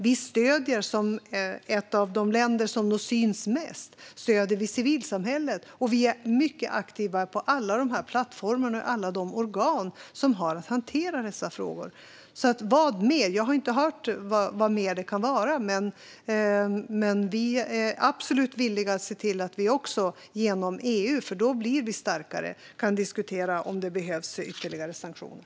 Vi stöder civilsamhället, som ett av de länder som syns mest, och vi är mycket aktiva på alla de här plattformarna och i alla de organ som har att hantera dessa frågor. Vad mer? Jag har inte hört vad mer det skulle kunna vara, men vi är absolut villiga att se till att vi också genom EU - för då blir vi starkare - kan diskutera om det behövs ytterligare sanktioner.